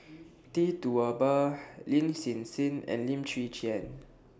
Tee Tua Ba Lin Hsin Hsin and Lim Chwee Chian